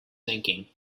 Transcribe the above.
thinking